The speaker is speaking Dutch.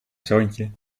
zoontje